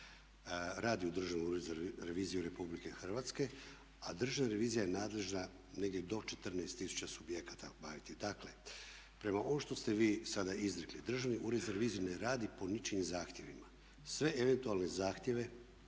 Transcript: radi u Državnom uredu za reviziju Republike Hrvatske, a Državna revizija je nadležna negdje do 14000 subjekata obaviti. Dakle, prema ovome što ste vi sada izrekli Državni ured za reviziju ne radi po ničijim zahtjevima. Sve eventualne zahtjeve